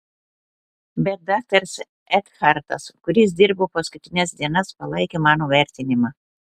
bet daktaras ekhartas kuris dirbo paskutines dienas palaikė mano vertinimą